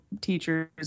teachers